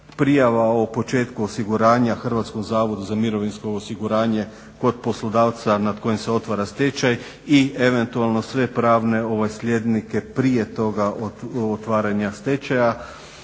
prijava o početku osiguranja HZMO kod poslodavca nad kojim se otvara stečaj i eventualno sve pravne slijednike prije toga otvaranja stečaja,